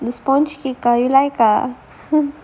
the sponge cake oh you like ah